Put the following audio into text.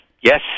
yes